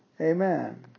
Amen